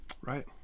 Right